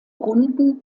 runden